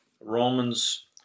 Romans